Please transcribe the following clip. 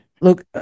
Look